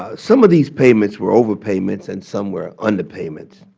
ah some of these payments were overpayments and some were underpayments.